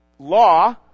law